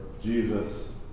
Jesus